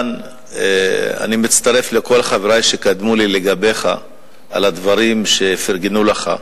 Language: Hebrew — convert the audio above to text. אני מצטרף לכל חברי שקדמו לי על הדברים שפרגנו לך,